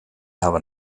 hawwe